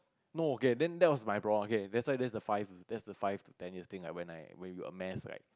no okay then that was my problem okay that's why there's the five there's the five to ten years things when I when you amass right